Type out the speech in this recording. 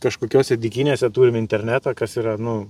kažkokiose dykynėse turim internetą kas yra nu